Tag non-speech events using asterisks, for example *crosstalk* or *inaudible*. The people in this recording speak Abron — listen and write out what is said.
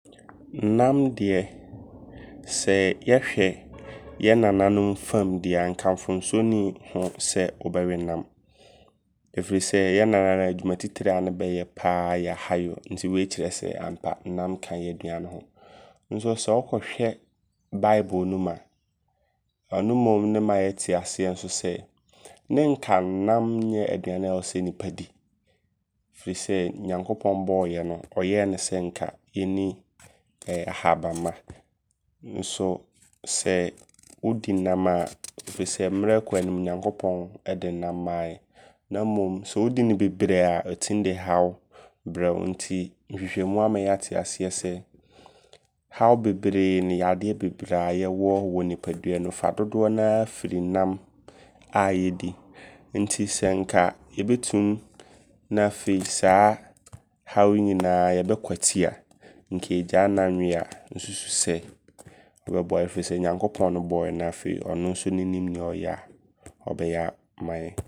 Nam deɛ sɛ yɛhwɛ *noise* yɛ nananom fam dea nka mfomsoɔ nni ho sɛ wobɛwe nam. Ɛfiri sɛ yɛ nananom adwuma titire ne bɛyɛ paa yɛ hayɔ. Nti wei kyerɛ sɛ ampa nam ka yɛaduane ho. Nso sɛ wokɔhwɛ bible no mu a, ɔno mmom ne ma yɛte aseɛ nso sɛ, ne nka nam nyɛ aduane a ɛwɔ sɛ nnipa di. Firi sɛ Nyankopɔn bɔɔyɛ no, ɔyɛɛ ne sɛ nka yɛnni ahabanmma. Nso sɛ wodi nam a *noise* firi sɛ mmerɛ ɛɛkɔ anim no Nyankopɔn ɛde nam maayɛ. Na mmom sɛ wodi no bebree a ɔtim de haw brɛ wo. Nti nhwehwɛmu ama yɛate aseɛ sɛ haw bebree ne yadeɛ bebree a yɛwɔ wɔ nnipadua mu no. Fa dodoɔ naa firi nam a yɛdi. Nti sɛ nka yɛtim na afei saa haw yi nyinaa yɛbɛkwati a nka yɛgyae nam we nsusu sɛ ɔbɛboa yɛ. Firi sɛ Nyankopɔn bɔɔyɛ na afei ɔno nso nim nea ɔyɛ a ɔbɛyɛ ama yɛ.